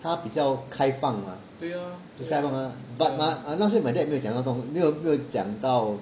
他比较开放 mah but but last week my dad 没有讲到没有讲到